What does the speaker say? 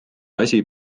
asi